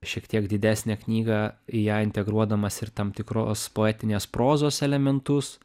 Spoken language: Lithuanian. šiek tiek didesnę knygą į ją integruodamas ir tam tikros poetinės prozos elementus